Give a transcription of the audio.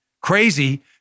Crazy